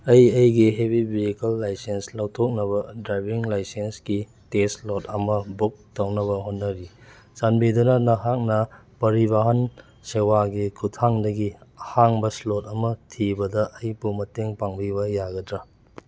ꯑꯩ ꯑꯩꯒꯤ heavy vehicle licence ꯂꯧꯊꯣꯛꯅꯕ ꯗ꯭ꯔꯥꯏꯕꯤꯡ ꯂꯥꯏꯁꯦꯟꯁꯀꯤ ꯇꯦꯁ ꯁ꯭ꯂꯣꯠ ꯑꯃ ꯕꯨꯛ ꯇꯧꯅꯕ ꯍꯣꯠꯅꯔꯤ ꯆꯥꯟꯕꯤꯗꯨꯅ ꯅꯍꯥꯛꯅ ꯄꯔꯤꯕꯥꯍꯟ ꯁꯦꯋꯥꯒꯤ ꯈꯨꯊꯥꯡꯗꯒꯤ ꯑꯍꯥꯡꯕ ꯁ꯭ꯂꯣꯠ ꯑꯃ ꯊꯤꯕꯗ ꯑꯩꯕꯨ ꯃꯇꯦꯡ ꯄꯥꯡꯕꯤꯕ ꯌꯥꯒꯗ꯭ꯔꯥ